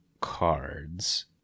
cards